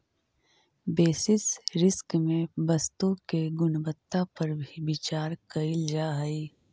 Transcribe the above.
basis risk में वस्तु के गुणवत्ता पर भी विचार कईल जा हई